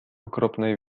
okropnej